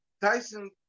Tyson